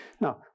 Now